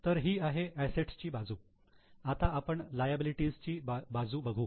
तर ही आहे असेट्स ची बाजू आता आपण लायबिलिटी ची बाजू बघू